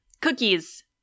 Cookies